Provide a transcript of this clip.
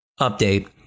update